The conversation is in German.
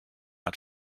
hat